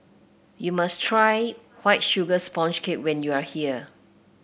you must try White Sugar Sponge Cake when you are here